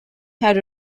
had